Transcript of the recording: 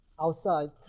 Outside